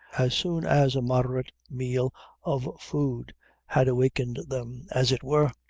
as soon as a moderate meal of food had awakened them, as it were,